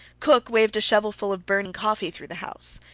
cook waved a shovelful of burning coffee through the house.